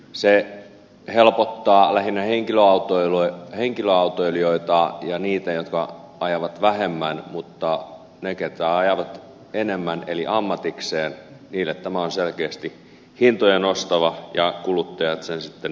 se helpottaa lähinnä henkilöautoilijoita ja niitä jotka ajavat vähemmän mutta niille jotka ajavat enemmän eli ammatikseen tämä on selkeästi hintoja nostava ja kuluttajat sen sitten maksavat